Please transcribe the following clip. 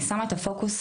אני שמה את הפוקוס,